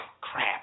Crap